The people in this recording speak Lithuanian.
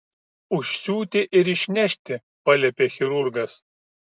užsiūti ir išnešti paliepė chirurgas